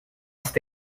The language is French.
cet